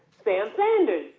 sam sanders